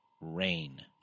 Rain